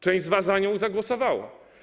Część z was za nią zagłosowała.